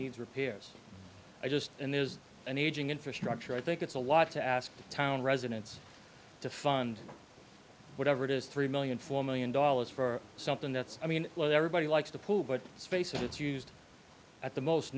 needs repairs i just and there's an aging infrastructure i think it's a lot to ask to town residents to fund whatever it is three million four million dollars for something that's i mean everybody likes to pull but let's face it it's used at the most